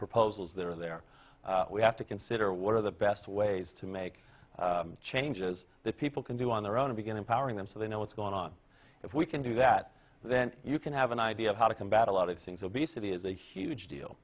proposals that are there we have to consider what are the best ways to make changes that people can do on their own to begin empowering them so they know what's going on if we can do that then you can have an idea of how to combat a lot of things obesity is a huge deal